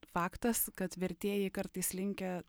faktas kad vertėjai kartais linkę